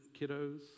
kiddos